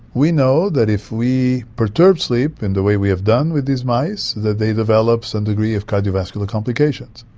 we know that if we perturb sleep in the way we have done with these mice, that they develop some degree of cardiovascular complications.